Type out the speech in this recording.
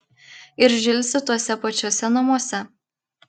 ir žilsi tuose pačiuose namuose